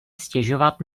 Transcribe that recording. stěžovat